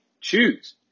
choose